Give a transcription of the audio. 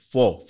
Four